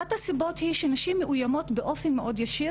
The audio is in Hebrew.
אחת הסיבות היא שנשים מאוימות באופן מאוד ישיר